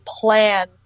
plan